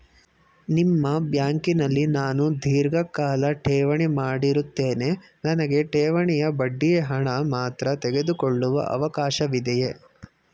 ನಿಮ್ಮ ಬ್ಯಾಂಕಿನಲ್ಲಿ ನಾನು ಧೀರ್ಘಕಾಲ ಠೇವಣಿ ಮಾಡಿರುತ್ತೇನೆ ನನಗೆ ಠೇವಣಿಯ ಬಡ್ಡಿ ಹಣ ಮಾತ್ರ ತೆಗೆದುಕೊಳ್ಳುವ ಅವಕಾಶವಿದೆಯೇ?